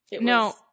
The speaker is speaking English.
No